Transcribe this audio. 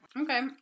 Okay